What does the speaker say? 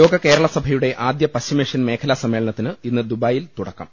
ലോക കേരള സഭയുടെ ആദ്യ പശ്ചിമേഷ്യൻ മേഖലാ സമ്മേളനത്തിന് ഇന്ന് ദുബായിൽ തുടക്കം